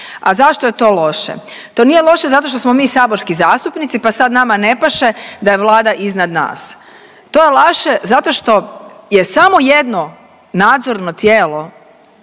A zašto je to loše? To nije loše zato što smo mi saborski zastupnici, pa sad nama ne paše da je Vlada iznad nas. To je laž zato što je samo jedno nadzorno tijelo,